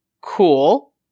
Cool